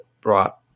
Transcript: brought